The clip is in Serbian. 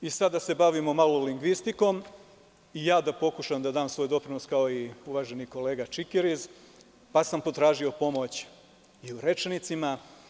Sada da se bavimo malo lingvistikom i ja da pokušam da dam svoj doprinos, kao i uvaženi kolega Čikiriz, pa sam potražio pomoć i u rečnicima.